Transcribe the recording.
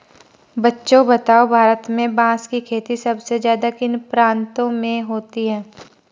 बच्चों बताओ भारत में बांस की खेती सबसे ज्यादा किन प्रांतों में होती है?